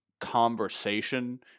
conversation